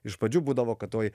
iš pradžių būdavo kad uoj